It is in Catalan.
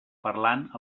parlant